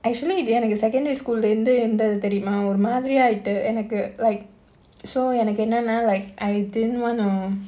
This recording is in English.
actually இது எனக்கு:ithu enakku secondary school lah இருந்து இருந்தது தெரிமா ஒரு மாதிரி ஆயிட்டு:irunthu irunthathu therimaa oru mathiri aayittu like so எனக்கு என்னனா:enakku ennanaa like I didn't want to